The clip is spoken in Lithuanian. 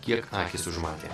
kiek akys užmatė